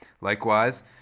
Likewise